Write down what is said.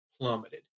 plummeted